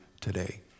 today